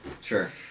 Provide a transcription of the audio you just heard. Sure